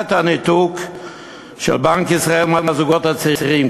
את הניתוק של בנק ישראל מהזוגות הצעירים,